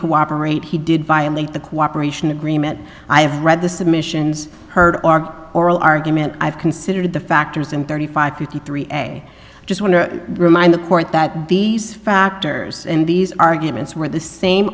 cooperate he did violate the cooperation agreement i have read the submissions heard oral argument i've considered the factors and thirty five fifty three a just want to remind the court that these factors and these arguments were the same